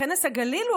בכנס הגליל,